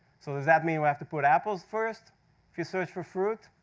so does that mean we have to put apple's first if you search for fruit?